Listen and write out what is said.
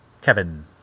Kevin